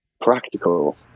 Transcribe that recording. practical